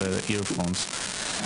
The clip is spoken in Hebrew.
בעברית.